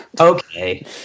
Okay